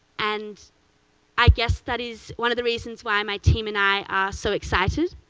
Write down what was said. and i guess that is one of the reasons why my team and i are so excited,